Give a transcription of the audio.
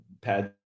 pad